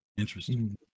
interesting